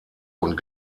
und